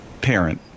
parent